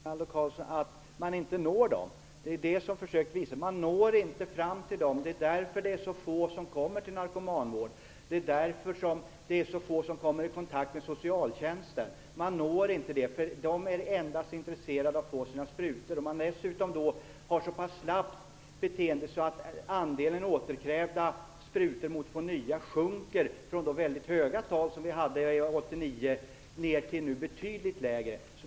Fru talman! Rinaldo Karlsson sade att det var svårt att nå missbrukarna. Det var ju det som jag försökte visa. Man når inte fram till missbrukarna, och det är därför som det kommer så få till narkomanvård och som kommer i kontakt med socialtjänsten. Man når inte missbrukarna. De är endast intresserade av att få sina sprutor. Dessutom är beteendet så pass slappt att andelen återkrävda sprutor mot utlämnande av nya sjunker jämfört med de höga tal som man hade 1989. Nu är andelen betydligt lägre.